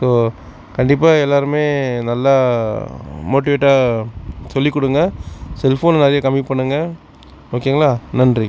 so கண்டிப்பாக எல்லோருமே நல்லா மோட்டிவேட்டாக சொல்லி கொடுங்க செல்ஃபோன் நிறையா கம்மி பண்ணுங்கள் ஓகேங்களா நன்றி